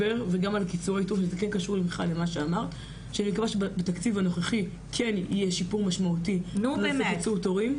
אני מקווה שבתקציב הנוכחי כן יהיה שיפור משמעותי בנושא קיצור תורים.